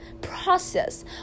process